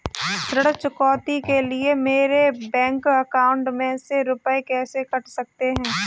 ऋण चुकौती के लिए मेरे बैंक अकाउंट में से रुपए कैसे कट सकते हैं?